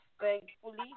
thankfully